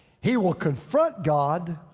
he will confront god,